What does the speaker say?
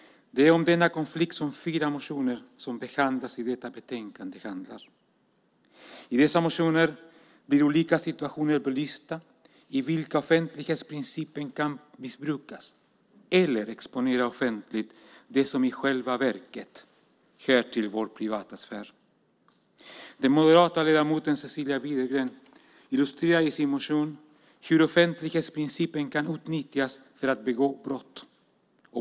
Det är denna konflikt som fyra motioner som behandlas i detta betänkande handlar om. I dessa motioner blir olika situationer belysta där offentlighetsprincipen kan missbrukas eller offentligt exponera det som i själva verket hör till vår privata sfär. Den moderata ledamoten Cecilia Widegren illustrerar i sin motion hur offentlighetsprincipen kan utnyttjas för att begå brott.